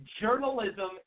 journalism